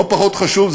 לא פחות חשוב,